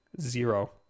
Zero